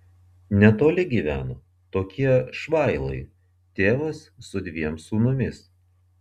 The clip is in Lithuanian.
netoli gyveno tokie švailai tėvas su dviem sūnumis